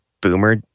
boomer